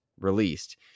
released